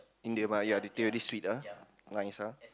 Indian one yeah the teh very sweet ah nice ah